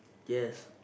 yes